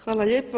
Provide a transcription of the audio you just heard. Hvala lijepo.